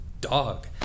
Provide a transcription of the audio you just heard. dog